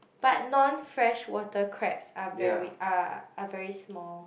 but non fresh water crabs are very are are very small